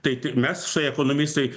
tai tai mes štai ekonomistai